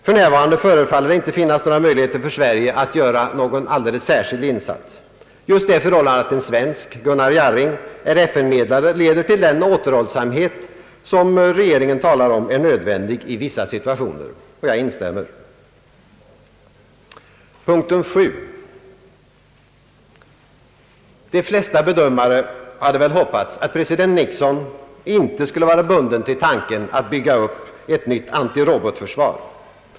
För närvarande tycks det inte finnas några möjligheter för Sverige att göra en särskild insats. Just det förhållandet att en svensk, Gunnar Jarring, är FN-medlare leder till den återhållsamhet som regeringen enligt regeringsdeklarationen finner nödvändig i vissa situationer. Jag instämmer i denna uppfattning. Den sjunde punkten jag vill beröra är icke-spridningsavtalet. De flesta bedömare hade väl hoppats att president Nixon inte skulle vara bunden till tan ken att bygga upp ett nytt antirobotförsvar.